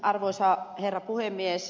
arvoisa herra puhemies